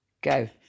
Go